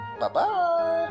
Bye-bye